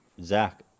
Zach